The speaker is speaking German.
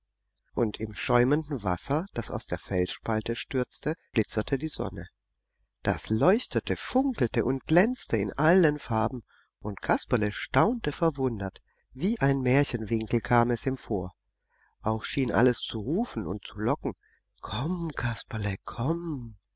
und im schäumenden wasser das aus der felsspalte stürzte glitzerte die sonne das leuchtete funkelte und glänzte in allen farben und kasperle staunte verwundert wie ein märchenwinkel kam es ihm vor auch schien alles zu rufen und zu locken komm kasperle komm